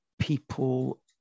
people